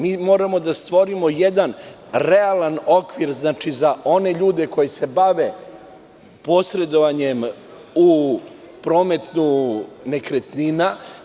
Moramo da stvorimo jedan realan okvir za one ljude koji se bave posredovanjem u prometu nekretnina.